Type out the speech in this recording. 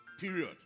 period